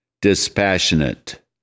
dispassionate